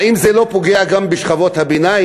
האם זה לא פוגע גם בשכבות הביניים?